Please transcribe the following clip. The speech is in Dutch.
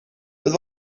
het